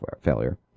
failure